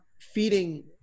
feeding